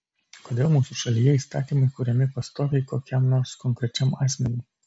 kodėl mūsų šalyje įstatymai kuriami pastoviai kokiam nors konkrečiam asmeniui